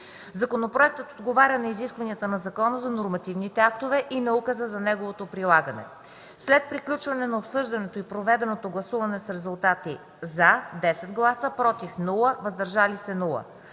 Законопроектът отговаря на изискванията на Закона за нормативните актове и на указа за неговото прилагане. След приключване на обсъждането и проведено гласуване с резултати „за” – 10 гласа, „против” и „въздържали се”